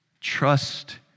trust